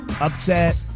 Upset